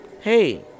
hey